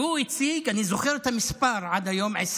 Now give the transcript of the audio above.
והוא הציג 26 מקרים, אני זוכר את המספר עד היום.